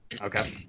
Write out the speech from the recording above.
Okay